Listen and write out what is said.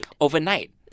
overnight